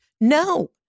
No